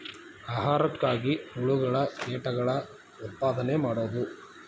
ಆಹಾರಕ್ಕಾಗಿ ಹುಳುಗಳ ಕೇಟಗಳ ಉತ್ಪಾದನೆ ಮಾಡುದು